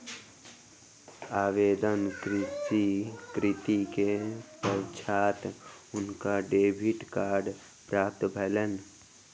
आवेदन स्वीकृति के पश्चात हुनका डेबिट कार्ड प्राप्त भेलैन